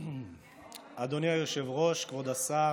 אדוני היושב-ראש, כבוד השר,